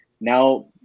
now